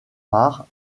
part